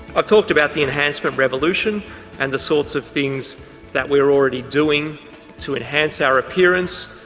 i've talked about the enhancement revolution and the sorts of things that we're already doing to enhance our appearance,